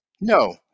No